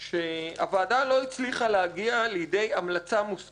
שהוועדה לא הצליחה להגיע לידי המלצה מוסכמת,